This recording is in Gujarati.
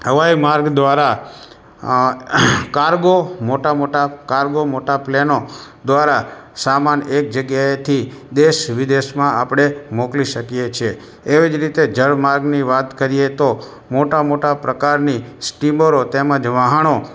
હવાઇ માર્ગ દ્વારા અં કાર્ગો મોટાં મોટાં કાર્ગો મોટાં મોટાં પ્લેનો દ્વારા સામાન એક જગ્યાએથી દેશ વિદેશમાં આપણે મોકલી શકીએ છે એવી જ રીતે જળમાર્ગની વાત કરીએ તો મોટાં મોટાં પ્રકારની સ્ટીમરો તેમજ વહાણો